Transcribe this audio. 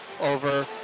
over